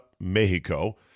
Mexico